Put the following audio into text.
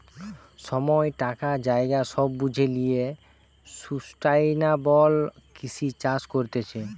সময়, টাকা, জায়গা সব বুঝে লিয়ে সুস্টাইনাবল কৃষি চাষ করতিছে